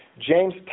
James